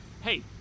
Hey